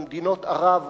ממדינות ערב,